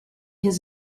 his